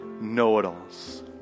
know-it-alls